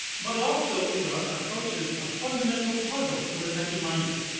but it also, you know, approaches a fundamental puzzle to the techie mindset.